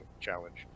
challenge